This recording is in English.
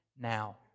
now